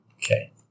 Okay